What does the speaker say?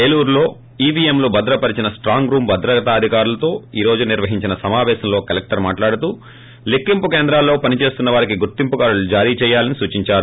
ఏలూరులో ఈవీఎం లు భద్ర పరిచిన స్లాంగ్ రూమ్ భద్రతాధికారులతో ఈ రోజు నిర్వహించిన సమాపేశంలో కలక్షర్ మాట్లడుతూ లెక్సింపు కేంద్రాల్లో పని చేస్తున్న వారికి గుర్తింపు కార్టులు జారీచేయాలని సూచించారు